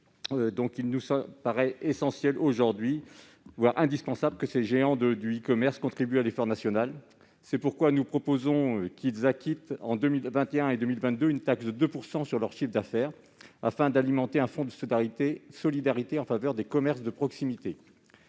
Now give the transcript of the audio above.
il nous paraît indispensable que ces géants du e-commerce contribuent à l'effort national. C'est pourquoi nous proposons qu'ils acquittent en 2021 et 2022 une taxe de 2 % sur leur chiffre d'affaires, afin d'alimenter un fonds de solidarité en faveur des commerces de proximité.